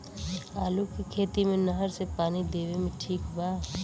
आलू के खेती मे नहर से पानी देवे मे ठीक बा?